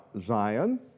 Zion